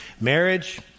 Marriage